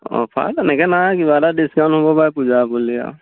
offer তেনেকৈ নাই কিবা এটা ডিছকাউণ্ট হ'ব পাৰে পূজা বুলি আৰু